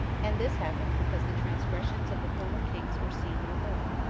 and this happened because the transgressions of the former kings were seen no more,